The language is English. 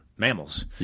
mammals